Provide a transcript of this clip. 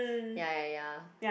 ya ya ya